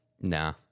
Nah